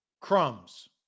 Crumbs